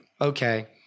okay